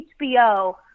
hbo